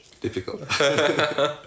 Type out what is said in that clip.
difficult